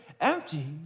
empty